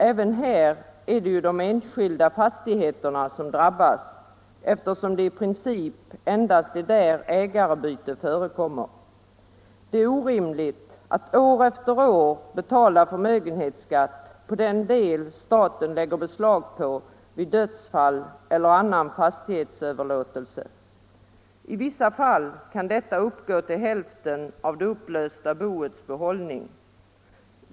Även här är det ju de enskilda fastigheterna som drabbas, eftersom det i princip endast är där ägarbyte förekommer. Det är orimligt att år efter år betala förmögenhetsskatt på den del staten lägger beslag på vid dödsfall eller annan fastighetsöverlåtelse. I vissa fall kan denna uppgå till hälften av det upplösta boets behållning.